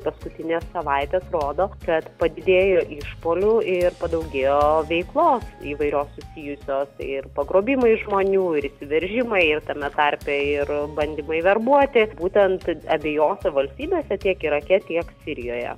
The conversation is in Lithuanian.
paskutinės savaitės rodo kad padidėjo išpuolių ir padaugėjo veiklos įvairios susijusios ir pagrobimai žmonių ir virimai ir tame tarpe ir bandymai verbuoti būtent abejose valstybėse tiek irake tiek sirijoje